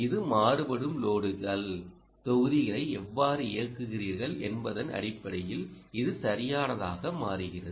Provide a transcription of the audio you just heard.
இது மாறுபடும் லோடுக்குள் தொகுதிகளை எவ்வாறு இயக்குகிறீர்கள் என்பதன் அடிப்படையில் இது சரியானதாக மாறுகிறது